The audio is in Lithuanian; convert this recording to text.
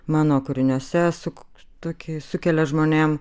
mano kūriniuose suk tokį sukelia žmonėm